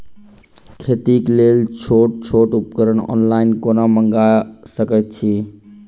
खेतीक लेल छोट छोट उपकरण ऑनलाइन कोना मंगा सकैत छी?